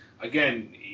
again